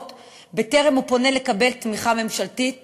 בטרם הוא פונה לקבלת תמיכה ממשלתית.